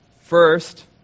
First